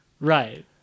Right